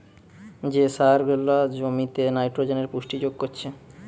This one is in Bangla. যে সার জোলা জমিতে নাইট্রোজেনের পুষ্টি যোগ করছে